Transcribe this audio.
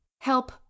help